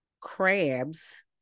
crabs